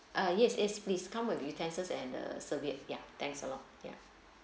ah yes yes please come with utensils and the serviette ya thanks a lot ya